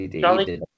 Charlie